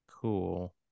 cool